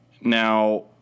Now